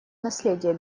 наследия